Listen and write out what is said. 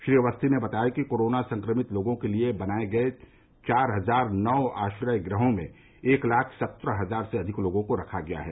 श्री अवस्थी ने बताया कि कोरोना संक्रमित लोगों के लिये बनाये गये चार हजार नौ आश्रय गृहों में एक लाख सत्रह हजार से अधिक लोगों को रखा गया है